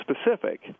specific